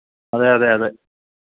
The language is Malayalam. അതെ അതെ അതെ